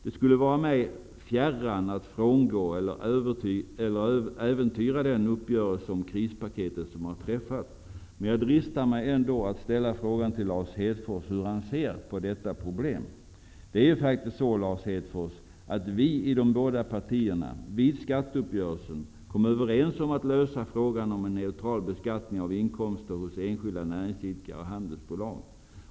Det skulle vara mig fjärran att frångå eller äventyra den uppgörelse om krispaket som träffats, men jag dristar mig ändå att ställa frågan till Lars Hedfors hur han ser på detta problem. Det är ju faktiskt så, Lars Hedfors, att vi i de båda partierna vid skatteuppgörelsen kom överens om att lösa frågan om en neutral beskattning av inkomster hos enskilda näringsidkare och handelsbolag.